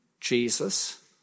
Jesus